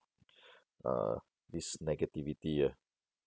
uh this negativity ah